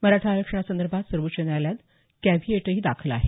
मराठा आरक्षणासंदर्भात सर्वोच्च न्यायालयात कॅव्हिएटही दाखल आहे